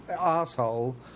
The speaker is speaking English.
asshole